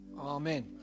Amen